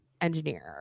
engineer